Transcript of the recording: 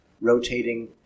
rotating